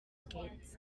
skates